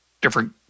different